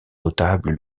notables